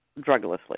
druglessly